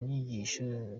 nyigisho